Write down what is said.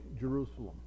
Jerusalem